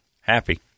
happy